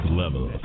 level